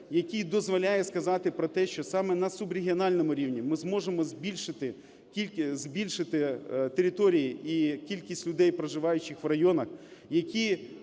який дозволяє сказати про те, що саме на субрегіональному рівні ми зможемо збільшити, тільки збільшити території і кількість людей, проживаючих в районах, які